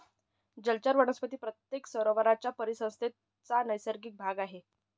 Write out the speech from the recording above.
जलचर वनस्पती प्रत्येक सरोवराच्या परिसंस्थेचा नैसर्गिक भाग आहेत